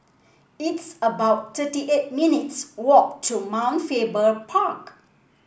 it's about thirty eight minutes' walk to Mount Faber Park